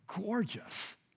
gorgeous